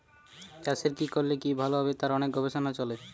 চাষের কি করলে কি ভালো হবে তার অনেক গবেষণা চলে